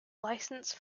licence